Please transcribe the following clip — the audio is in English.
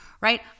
right